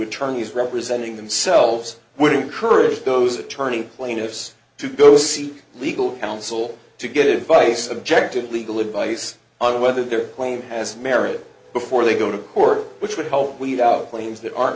attorneys representing themselves would encourage those attorney plaintiffs to go seek legal counsel to get it by subjective legal advice on whether their claim has merit before they go to court which would help weed out claims that are